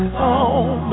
home